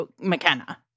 McKenna